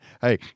Hey